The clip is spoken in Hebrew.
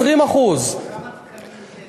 20%. כמה תקנים יש?